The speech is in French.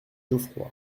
geoffroy